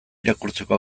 irakurtzeko